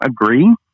agree